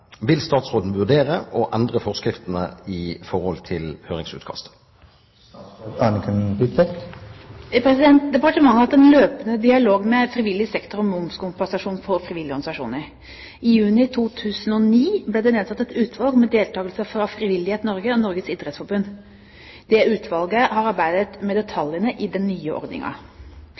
Vil statsråden vurdere å endre forskriftene i forhold til høringsutkastet?» Departementet har hatt en løpende dialog med frivillig sektor om momskompensasjon for frivillige organisasjoner. I juni 2009 ble det nedsatt et utvalg med deltakelse fra Frivillighet Norge og Norges idrettsforbund. Dette utvalget har arbeidet med detaljene i den nye